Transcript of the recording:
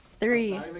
Three